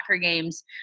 games